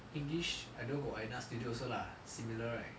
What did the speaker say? english I know got another studio also lah similar right